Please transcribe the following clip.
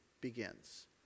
begins